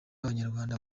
abanyarwanda